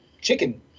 chicken